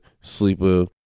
sleeper